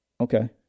Okay